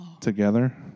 together